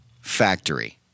Factory